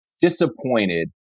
disappointed